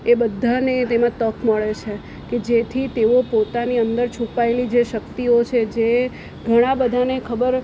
એ બધાને તેમાં તક મળે છે કે જેથી તેઓ પોતાની અંદર છૂપાયેલી જે શક્તિઓ છે જે ઘણા બધાને ખબર